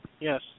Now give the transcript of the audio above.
Yes